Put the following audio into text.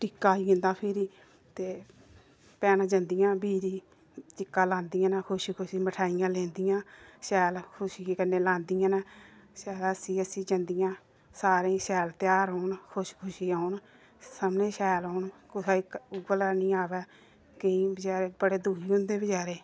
टिक्का आई जंदा फिरी ते भैनां जंदियां बीर गी टिक्का लांदिया न खुशी खुशी मिठाइयां लैंदियां शैल खुशियै कन्नै लांदियां न शैल हस्सी हस्सी जंदियां सारे गी शैल ध्यार औन खुशी खुशी औन सभनें ई शैल औन कुसै ई उ'ऐ लैआ निं आवै केईं बेचारे बडे़ दुखी होंदे बेचारे